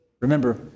Remember